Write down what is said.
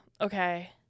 okay